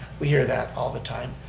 we hear that all the time.